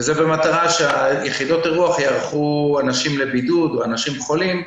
וזה במטרה שיחידות האירוח יארחו אנשים לבידוד או אנשים חולים,